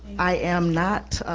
i am not